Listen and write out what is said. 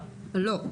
לא.